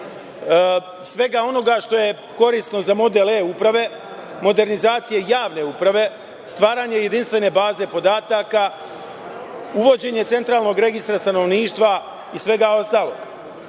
svega onoga što je korisno za model e-uprave, modernizacije javne uprave, stvaranje jedinstvene baze podataka, uvođenje centralnog registra stanovništva i svega ostalog. Ovo